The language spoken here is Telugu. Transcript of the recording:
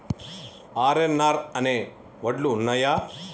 ఆర్.ఎన్.ఆర్ అనే వడ్లు ఉన్నయా?